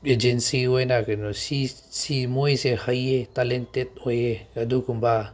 agency ꯑꯣꯏꯅ ꯁꯤ ꯃꯣꯏꯁꯦ ꯍꯌꯦꯡ ꯇꯦꯂꯦꯟꯇꯦꯠ ꯑꯣꯏꯌꯦ ꯑꯗꯨꯒꯨꯝꯕ